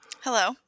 Hello